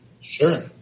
Sure